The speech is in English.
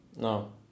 No